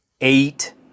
eight